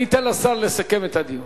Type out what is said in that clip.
אני אתן לשר לסכם את הדיון.